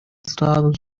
trouble